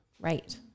Right